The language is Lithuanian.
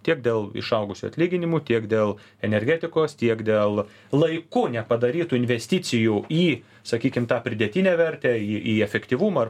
tiek dėl išaugusių atlyginimų tiek dėl energetikos tiek dėl laiku nepadarytų investicijų į sakykim tą pridėtinę vertę į į efektyvumą ar